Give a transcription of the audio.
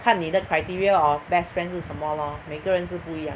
看你的 criteria of best friend 是什么 lor 每个人是不一样的